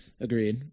Agreed